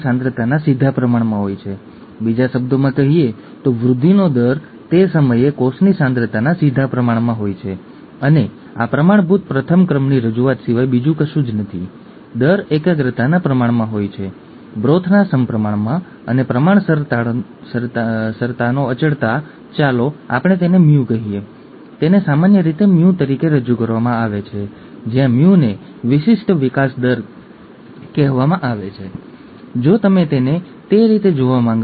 જો આવું થાય તો વધારાની સેલ્યુલર જગ્યામાં ક્લોરાઇડનું નિર્માણ થાય છે અને તેના પરિણામે લાળનું નિર્માણ થાય છે ચેપ સામે પ્રતિકારકતા ઘટે છે અને યોગ્ય હસ્તક્ષેપ વિના મૃત્યુ સામાન્ય રીતે પાંચ વર્ષથી ઓછી ઉંમરે થાય છે ઠીક છે